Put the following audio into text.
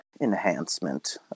enhancement